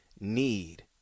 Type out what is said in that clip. need